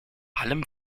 allem